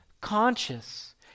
conscious